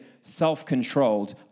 self-controlled